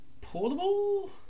Portable